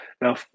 Now